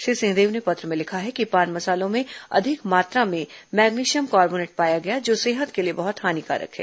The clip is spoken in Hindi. श्री सिंहदेव ने पत्र में लिखा है पान मसालों में अधिक मात्रा में मैग्नीशियम कॉर्बोनेट पाया गया है जो सेहत के लिए बहुत हानिकारक है